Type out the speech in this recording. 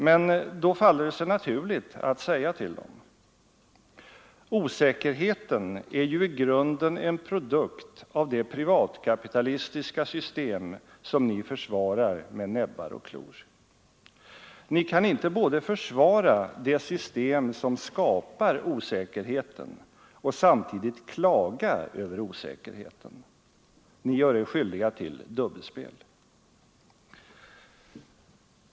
Men då faller det sig naturligt att säga till dem: Osäkerheten är ju i grunden en produkt av det privatkapitalistiska system som ni försvarar med näbbar och klor. Ni kan inte både försvara det system som skapar osäkerheten och samtidigt klaga över osäkerheten. Ni gör er skyldiga till dubbelspel.